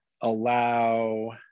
allow